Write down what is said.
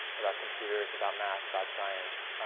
about computers, about math, about science.